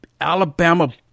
Alabama